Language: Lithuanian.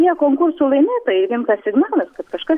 tie konkursų laimėtojai rimtas signalas kad kažkas